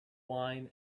wine